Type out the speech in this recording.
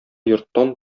йорттан